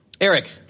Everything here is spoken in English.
Eric